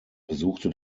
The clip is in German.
besuchte